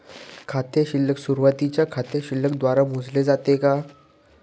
खाते शिल्लक सुरुवातीच्या शिल्लक द्वारे मोजले जाते का?